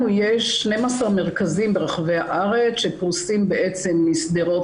לנו יש 12 מרכזים ברחבי הארץ שפרוסים משדרות,